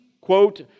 quote